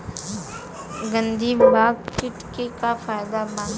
गंधी बग कीट के का फायदा बा?